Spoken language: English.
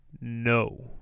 No